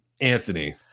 Anthony